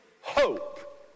hope